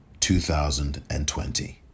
2020